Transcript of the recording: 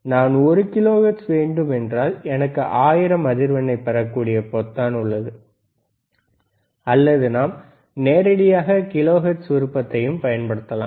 நான் ஒரு கிலோஹெர்ட்ஸ் வேண்டும் என்றால் எனக்கு 1000 அதிர்வெண்ணை பெறக்கூடிய பொத்தான் உள்ளது அல்லது நாம் நேரடியாக கிலோஹெர்ட்ஸ் விருப்பத்தையும் பயன்படுத்தலாம்